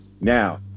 Now